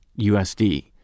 USD